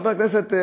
חבר הכנסת,